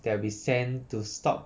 that will be sent to stop